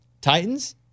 Titans